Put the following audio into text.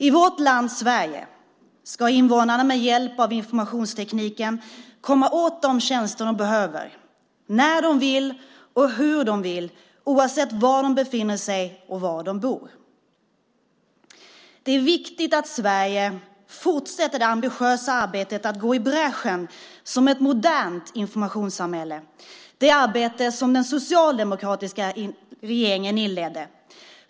I vårt land, Sverige, ska invånarna med hjälp av informationstekniken komma åt de tjänster de behöver när de vill och hur de vill oavsett var de befinner sig och var de bor. Det är viktigt att Sverige fortsätter det ambitiösa arbetet att gå i bräschen som ett modernt informationssamhälle - det arbete som den socialdemokratiska regeringen inledde.